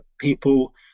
people